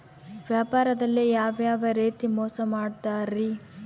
ವ್ಯಾಪಾರದಲ್ಲಿ ಯಾವ್ಯಾವ ರೇತಿ ಮೋಸ ಮಾಡ್ತಾರ್ರಿ?